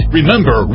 Remember